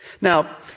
Now